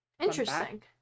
Interesting